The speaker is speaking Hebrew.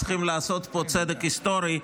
צריכים לעשות פה צדק היסטורי,